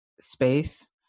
space